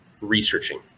researching